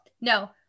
no